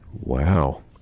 Wow